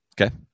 Okay